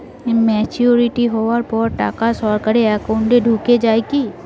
Maturity হওয়ার পর টাকা সরাসরি একাউন্ট এ ঢুকে য়ায় কি?